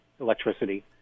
electricity